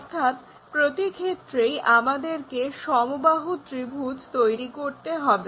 অর্থাৎ প্রতি ক্ষেত্রেই আমাদেরকে সমবাহু ত্রিভুজ তৈরি করতে হবে